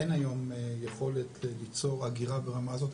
אין היום יכולת ליצור אגירה ברמה הזאת.